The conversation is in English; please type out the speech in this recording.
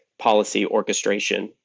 policy orchestration,